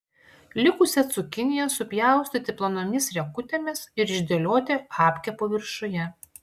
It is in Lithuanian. likusią cukiniją supjaustyti plonomis riekutėmis ir išdėlioti apkepo viršuje